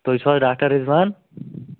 تُہۍ چھِو حظ ڈاکٹر رِضوان